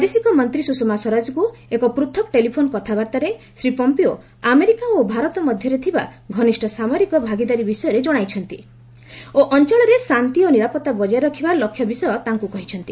ବୈଦେଶିକ ମନ୍ତ୍ରୀ ସୁଷମା ସ୍ୱରାଜଙ୍କୁ ଏକ ପୃଥକ୍ ଟେଲିଫୋନ୍ କଥାବର୍ତ୍ତାରେ ଶ୍ରୀ ପମ୍ପିଓ ଆମେରିକା ଓ ଭାରତ ମଧ୍ୟରେ ଥିବା ଘନିଷ୍ଠ ସାମରିକ ଭାଗିଦାରୀ ବିଷୟରେ ଜଣାଇଛନ୍ତି ଓ ଅଞ୍ଚଳରେ ଶାନ୍ତି ଓ ନିରାପତ୍ତା ବଜାୟ ରଖିବା ଲକ୍ଷ୍ୟ ବିଷୟ ତାଙ୍କୁ କହିଛନ୍ତି